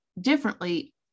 differently